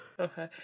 Okay